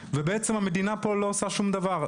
בעצם, המדינה לא עושה פה שום דבר.